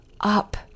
up